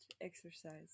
exercise